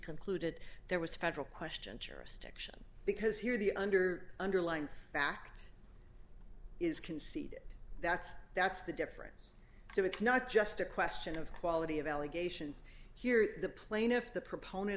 concluded there was federal question tourist action because here the under underlying fact is conceded that's that's the difference so it's not just a question of quality of allegations here the plaintiff the proponent